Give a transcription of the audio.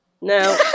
No